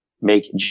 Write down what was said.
make